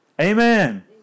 Amen